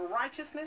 righteousness